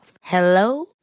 Hello